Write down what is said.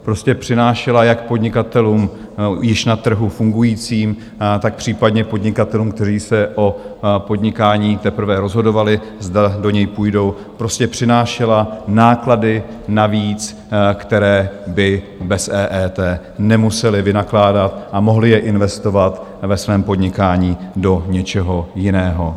Prostě přinášela jak podnikatelům již na trhu fungujícím, tak případně podnikatelům, kteří se o podnikání teprve rozhodovali, zda do něj půjdou, přinášela náklady navíc, které by bez EET nemuseli vynakládat a mohli je investovat ve svém podnikání do něčeho jiného.